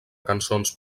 cançons